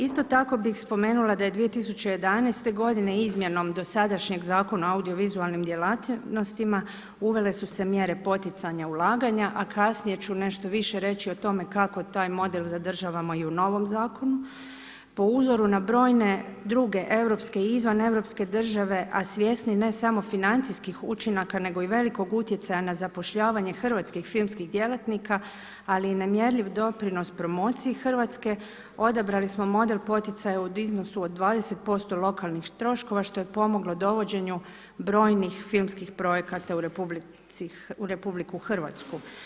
Isto tako, bih spomenula da je 2011. g. izmjenom dosadašnjeg Zakona o audiovizualnim djelatnostima, uvele su se mjere poticanja ulaganja, a kasnije ću nešto više reći o tome, kako taj model zadržavamo i u novom zakonu, po uzoru na brojne druge europske i izvan europske države, a svjesni ne samo financijskih učinaka, nego i velikih utjecaja na zapošljavanje, hrvatskih filmskih djelatnika, ali i nemjerljiv doprinos promocije Hrvatske, odabrali smo model poticaja u iznosu od 20% lokalnih troškova što je pomoglo dovođenju brojnih filmskih projekata u RH.